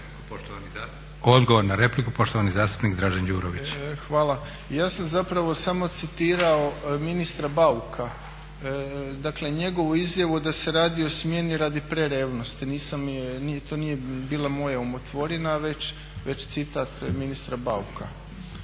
Odgovor na repliku poštovani zastupnik Dražen Đurović. **Đurović, Dražen (HDSSB)** Ja sam samo zapravo citirao ministra Bauka njegovu izjavu da se radi o smjeni radi prerevnosti, to nije bila moja umotvorina već citat ministra Bauka.